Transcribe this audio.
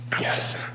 Yes